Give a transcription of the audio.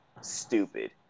stupid